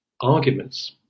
arguments